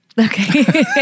Okay